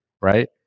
right